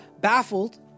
baffled